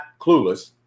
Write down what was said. clueless